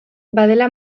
badela